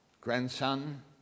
grandson